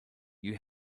you